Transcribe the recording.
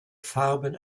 farben